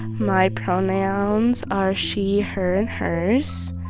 my pronouns are she, her and hers.